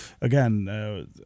again